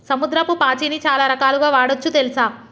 సముద్రపు పాచిని చాలా రకాలుగ వాడొచ్చు తెల్సా